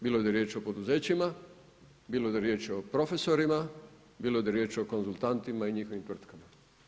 Bilo da je riječ o poduzećima, bilo da je riječ o profesorima, bilo da je riječ o konzultantima i njihovim tvrtkama.